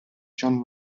john